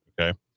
okay